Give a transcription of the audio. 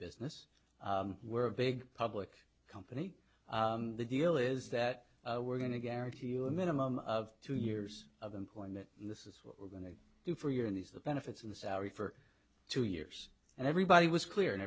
business were a big public company the deal is that we're going to guarantee you a minimum of two years of employment and this is what we're going to do for your in these the benefits in the salary for two years and everybody was clear and